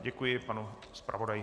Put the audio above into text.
Děkuji panu zpravodaji.